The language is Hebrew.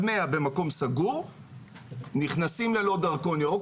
100 במקום סגור נכנסים ללא דרכון ירוק,